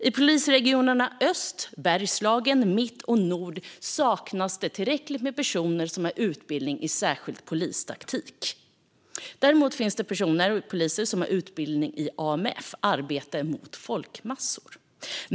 I polisregionerna Öst, Bergslagen, Mitt och Nord saknas det tillräckligt många personer som har utbildning i särskild polistaktik. Däremot finns poliser som har utbildning i AMF, arbete mot folkmassor.